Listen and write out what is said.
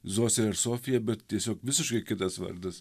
zosė ir sofija bet tiesiog visiškai kitas vardas